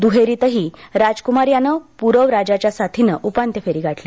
दुहेरीतही राजक्मार यानं पुरव राजाच्या साथीनं उपांत्य फेरी गाठली